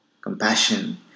Compassion